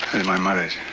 my mother's.